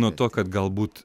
nuo to kad galbūt